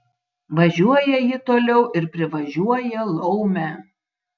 važiuoja ji toliau ir privažiuoja laumę